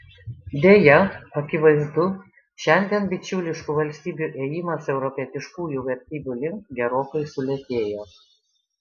deja akivaizdu šiandien bičiuliškų valstybių ėjimas europietiškųjų vertybių link gerokai sulėtėjo